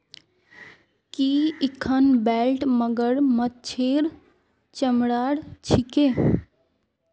की इखन बेल्ट मगरमच्छेर चमरार छिके